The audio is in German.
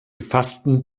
gefassten